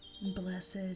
Blessed